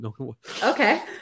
okay